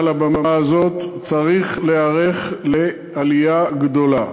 מעל הבמה הזאת: צריך להיערך לעלייה גדולה.